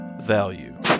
value